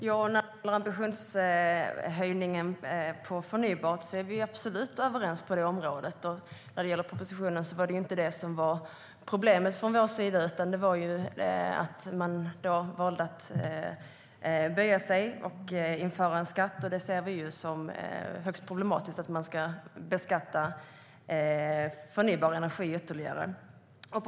Herr talman! När det gäller ambitionshöjningen för förnybart är vi absolut överens. Från vår sida var det inte detta som var problemet med propositionen, utan det var att man valde att böja sig och införa en skatt. Vi ser det som högst problematiskt att beskatta förnybar energi ytterligare.